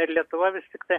ir lietuva vis tiktai